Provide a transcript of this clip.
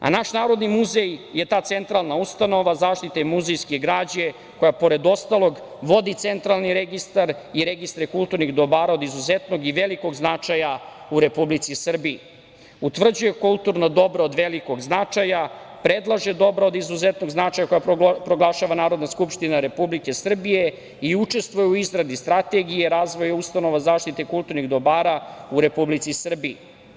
Naš Narodni muzej je ta centralna ustanova zaštite muzejske građe, koja pored ostalog vodi centralni registar i registar kulturnih dobara od izuzetnog i velikog značaja u Republici Srbiji, utvrđuje kulturno dobro od velikog značaja, predlaže dobro od izuzetnog značaja koje proglašava Narodna skupština Republike Srbije i učestvuje u izradi Strategije razvoja ustanova zaštite kulturnih dobara u Republici Srbiji.